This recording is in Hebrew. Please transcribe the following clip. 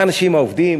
האנשים העובדים,